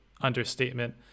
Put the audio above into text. understatement